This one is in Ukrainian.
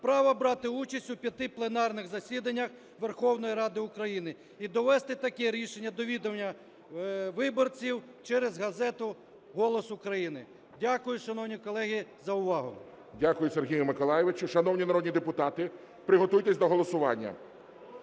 права брати участь у п'яти пленарних засіданнях Верховної Ради України і довести таке рішення до відання виборців через газету "Голос України". Дякую, шановні колеги, за увагу. ГОЛОВУЮЧИЙ. Дякую, Сергію Миколайовичу. Шановні народні депутати, приготуйтесь до голосування.